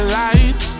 light